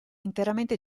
interamente